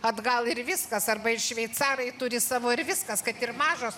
atgal ir viskas arba ir šveicarai turi savo ir viskas kad ir mažos